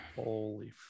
holy